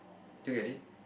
do you get it